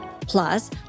Plus